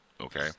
okay